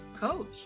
Coach